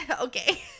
Okay